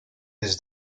his